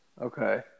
okay